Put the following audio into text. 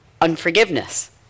unforgiveness